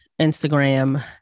Instagram